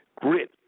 grit